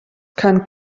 kann